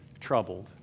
troubled